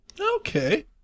Okay